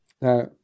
Now